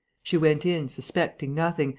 she went in, suspecting nothing,